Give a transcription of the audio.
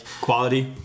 Quality